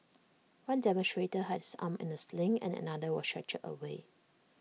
one demonstrator had his arm in A sling and another was stretchered away